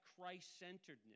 Christ-centeredness